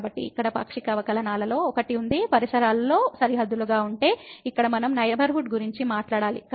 కాబట్టి ఇక్కడ పాక్షిక అవకలనాలులో ఒకటి ఉండి పరిసరాల్లో సరిహద్దులుగా ఉంటే ఇక్కడ మనం పరిసరాల గురించి మాట్లాడాలి